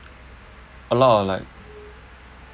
a lot of like